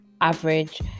average